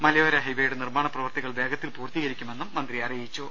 മലയോര ഹൈവേയുടെ നിർമ്മാണ പ്രവൃത്തികൾ വേഗത്തിൽ പൂർത്തീകരിക്കുമെന്നും മന്ത്രി പറഞ്ഞു